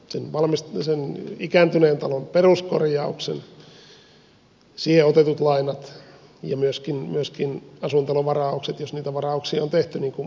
hän maksaa sen ikääntyneen talon peruskorjauksen siihen otetut lainat ja myöskin asuintalovaraukset jos niitä varauksia on tehty niin kuin pitäisi